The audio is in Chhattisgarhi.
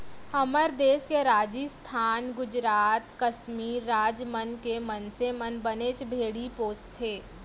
हमर देस के राजिस्थान, गुजरात, कस्मीर राज मन के मनसे मन बनेच भेड़ी पोसथें